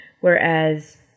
whereas